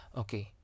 okay